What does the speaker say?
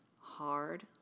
Hard